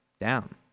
down